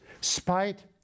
spite